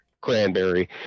cranberry